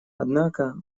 однако